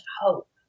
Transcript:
hope